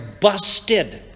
busted